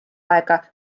aega